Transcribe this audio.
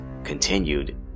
continued